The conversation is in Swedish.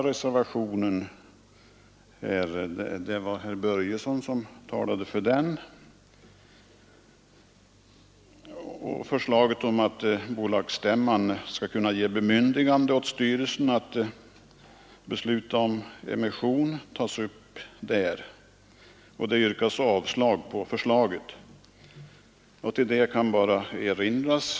Reservationen 1, som herr Börjesson i Falköping talade för, handlar om att bolagsstämman skall kunna ge styrelsen bemyndigande att ta upp frågan om emissioner och besluta om sådana. Reservanterna yrkar där avslag på det framlagda förslaget.